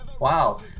Wow